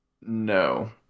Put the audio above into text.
No